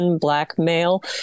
Blackmail